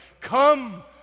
Come